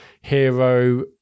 hero